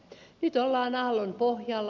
nyt ollaan aallonpohjalla